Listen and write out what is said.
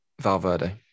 Valverde